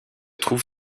trouve